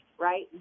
right